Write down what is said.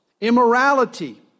Immorality